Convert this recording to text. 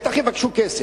בטח יבקשו כסף,